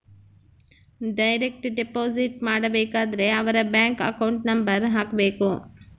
direct deposit ಮಾಡಬೇಕಾದರೆ ಅವರ್ bank account number ಹಾಕ್ಬೆಕು